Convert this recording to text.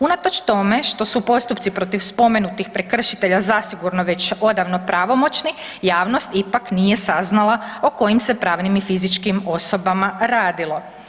Unatoč tome što su postupci protiv spomenutih prekršitelja zasigurno već odavno pravomoćni, javnost ipak nije saznala o kojim se pravnim i fizičkim osobama radilo.